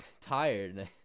tired